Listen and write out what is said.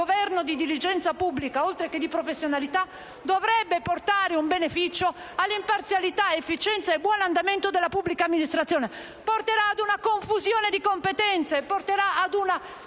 di Governo e di dirigenza pubblica, oltre che di professionalità, dovrebbe portare un beneficio all'imparzialità, efficienza e buon andamento della pubblica amministrazione: porterà ad una confusione di competenze, ad una